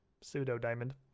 pseudo-diamond